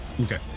Okay